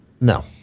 No